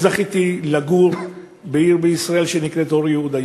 אני זכיתי לגור בעיר בישראל שנקראת אור-יהודה.